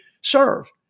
serve